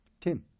Tim